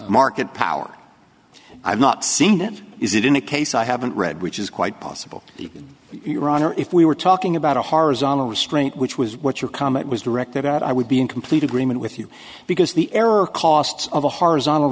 market power i've not seen it is it in a case i haven't read which is quite possible that your honor if we were talking about a horizontal restraint which was what your comment was directed at i would be in complete agreement with you because the error costs of a horizontal